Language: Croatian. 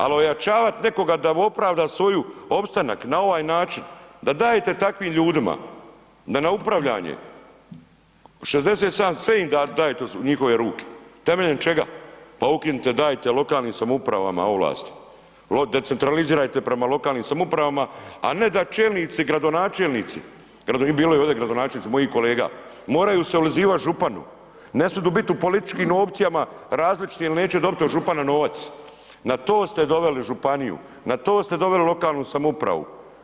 Ali ojačavati nekoga da mu opravda svoj opstanak, na ovaj način, da dajete takvim ljudima na upravljanje, 67, sve im dajete u njihove ruke, temeljem čega, pa ukinite, dajte lokalnim samoupravama ovlast, decentralizirajte prema lokalnim samoupravama a ne da čelnici i gradonačelnici i bilo je ovdje gradonačelnika, mojih kolega, moraju se ulizivati županu, ne smiju biti u političkim opcijama različitim jer neće dobiti od župana novac, na to ste doveli županiju, na to ste doveli lokalnu samoupravu.